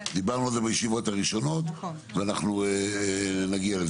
דיברנו על זה בישיבות הראשונות ואנחנו נגיע לזה.